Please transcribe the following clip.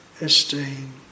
esteem